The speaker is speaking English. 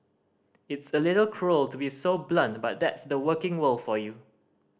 it's a little cruel to be so blunt but that's the working world for you